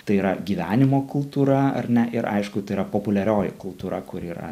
tai yra gyvenimo kultūra ar ne ir aišku tai yra populiarioji kultūra kur yra